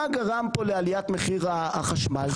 מה גרם פה לעליית מחיר החשמל?